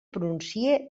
pronuncie